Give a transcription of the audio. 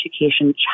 education